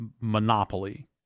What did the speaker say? monopoly